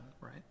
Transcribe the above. right